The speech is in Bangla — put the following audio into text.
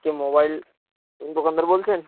কে মোবাইল দোকানদার বলছেন